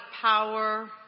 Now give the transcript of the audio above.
power